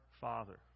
Father